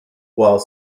while